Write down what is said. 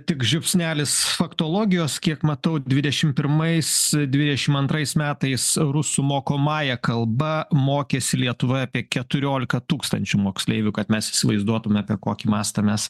tik žiupsnelis faktologijos kiek matau dvidešimt pirmais dvidešimt antrais metais rusų mokomąja kalba mokėsi lietuvoje apie keturiolika tūkstančių moksleivių kad mes įsivaizduotume apie kokį mastą mes